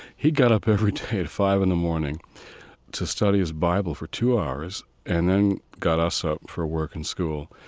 he'd got up every day at five zero in the morning to study his bible for two hours, and then got us up for work and school.